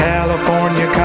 California